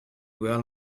were